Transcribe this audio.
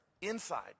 inside